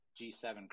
G7